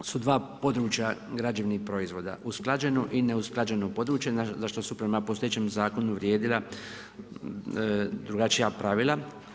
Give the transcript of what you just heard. su dva područja građevnih proizvoda, usklađeno i neusklađeno područje za što su prema postojećem zakonu vrijedila drugačija pravila.